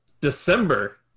December